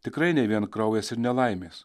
tikrai ne vien kraujas ir nelaimės